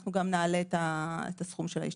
אנחנו גם נעלה את הסכום של ההשתתפות.